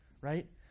right